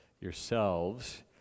yourselves